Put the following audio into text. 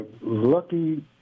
lucky